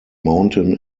mountain